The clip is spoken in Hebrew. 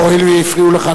הואיל והפריעו לך,